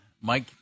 Mike